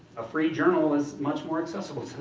a free journal is much more accessible to them.